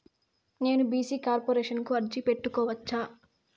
నేను BC corporation కు అర్జీ పెట్టుకోవచ్చా?